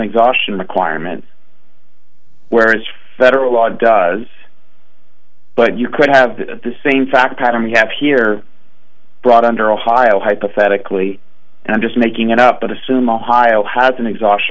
exhaustion requirement whereas federal law does but you could have the same fact pattern we have here brought under ohio hypothetically and i'm just making it up but assume ohio has an exhaust